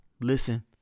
Listen